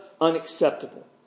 unacceptable